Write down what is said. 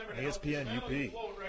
ESPN-UP